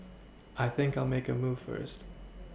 I think I'll make a move first